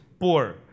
poor